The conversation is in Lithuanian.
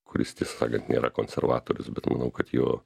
kuris tiesą sakant nėra konservatorius bet manau kad jo